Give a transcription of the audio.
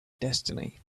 destiny